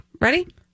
ready